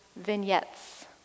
vignettes